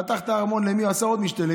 פתח את הארמון ועשה עוד משתה.